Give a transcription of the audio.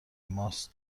ماست